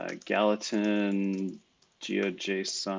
ah gallatin geojson,